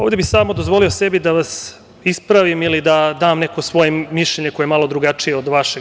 Ovde bih samo dozvolio sebi da vas ispravim ili da dam neko svoje mišljenje koje je malo drugačije od vašeg.